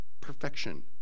perfection